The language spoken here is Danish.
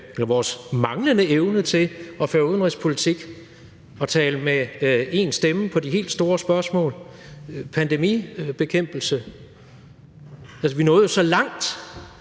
vores manglende evne til at føre udenrigspolitik og tale med én stemme i de helt store spørgsmål: pandemibekæmpelse. Altså, vi nåede jo så langt,